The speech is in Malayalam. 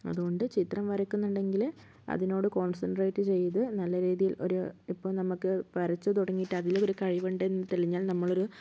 അതുകൊണ്ട് ചിത്രം വരയ്ക്കുന്നുണ്ടെങ്കിൽ അതിനോട് കോൺസെൻട്രേറ്റ് ചെയ്ത് നല്ല രീതിയിൽ ഒരു ഇപ്പോൾ നമുക്ക് വരച്ചു തുടങ്ങിയിട്ട് അതിലൊരു കഴിവുണ്ടെന്ന് തെളിഞ്ഞാൽ നമ്മളൊരു